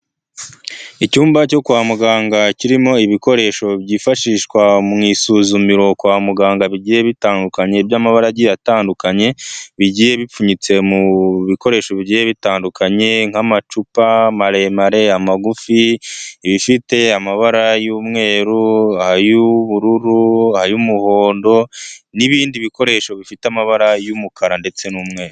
Icyumba cyo kwa muganga kirimo ibikoresho byifashishwa mu isuzumiro kwa muganga bigiye bitandukanye by'amabara agiye atandukanye, bigiye bipfunyitse mu bikoresho bigiye bitandukanye nk'amacupa maremare, amagufi ibifite amabara y'umweru, ay'ubururu, ay'umuhondo n'ibindi bikoresho bifite amabara y'umukara ndetse n'umweru.